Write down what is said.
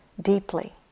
deeply